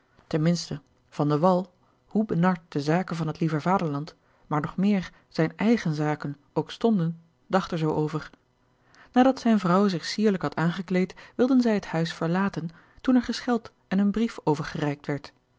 wall hoe benard de zaken van het lieve vaderland maar nog meer zijne eigene zaken ook stonden dacht er zoo over nadat zijne vrouw zich sierlijk had aangekleed wilden zij het huis verlaten toen er gescheld en een brief overgereikt werd